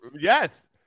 Yes